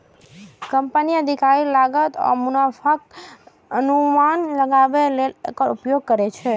कंपनीक अधिकारी लागत आ मुनाफाक अनुमान लगाबै लेल एकर उपयोग करै छै